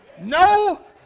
No